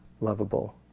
lovable